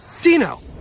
Dino